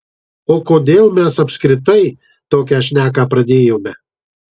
o kodėl mes apskritai tokią šneką pradėjome